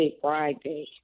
Friday